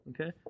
Okay